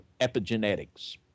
epigenetics